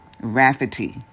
Rafferty